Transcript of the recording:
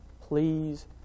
please